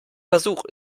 versuch